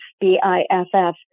B-I-F-F